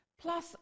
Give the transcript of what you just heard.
plus